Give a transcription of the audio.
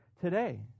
today